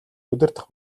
удирдах